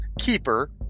Keeper